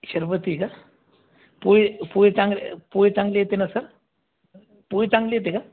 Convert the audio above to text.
शर्बती का पोळी पोळी चांगले पोळी चांगले येते ना सर पोळी चांगले येते का